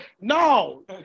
No